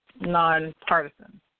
nonpartisan